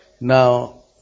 Now